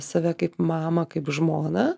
save kaip mamą kaip žmoną